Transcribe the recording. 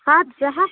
ہَتھ زٕ ہَتھ